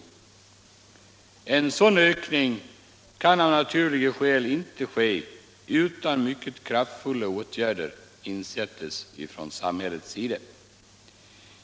En sådan ökning kan av naturliga skäl inte ske utan att mycket kraftfulla åtgärder insättes från samhällets sida.